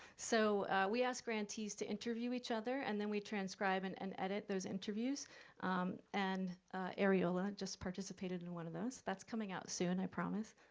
so we ask grantees to interview each other. and then, we transcribe and and edit those interviews and ariola just participated in one of those, that's coming out soon, i promise.